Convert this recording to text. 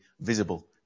visible